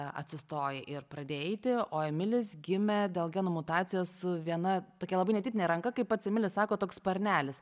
atsistojai ir pradėjai eiti o emilis gimė dėl genų mutacijos su viena tokia labai netipine ranka kaip pats emilis sako toks sparnelis